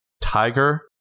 tiger